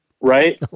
Right